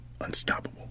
unstoppable